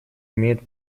имеет